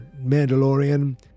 Mandalorian